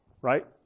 right